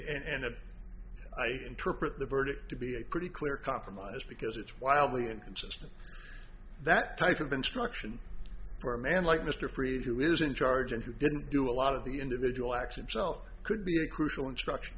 i interpret the verdict to be a pretty clear compromise because it's wildly inconsistent that type of instruction for a man like mr freed who is in charge and who didn't do a lot of the individual action itself could be a crucial instruction